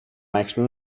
اکنون